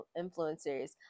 influencers